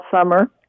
summer